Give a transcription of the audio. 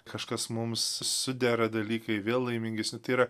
kažkas mums sudera dalykai vėl laimingesni tai yra